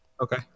okay